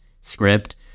script